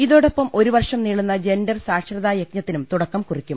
ഇതോടൊപ്പം ഒരു വർഷം നീളുന്ന ജെൻഡർ സാക്ഷരതാ യജ്ഞത്തിനും തുടക്കം കുറിക്കും